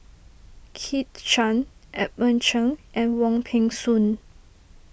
Kit Chan Edmund Cheng and Wong Peng Soon